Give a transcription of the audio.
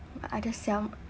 I just sell